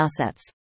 assets